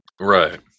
Right